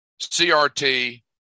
CRT